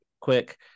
quick